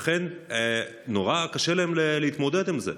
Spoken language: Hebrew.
ולכן נורא קשה להם להתמודד עם זה.